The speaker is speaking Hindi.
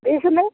बीस में